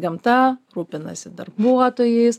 gamta rūpinasi darbuotojais